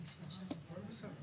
הנושא החדש?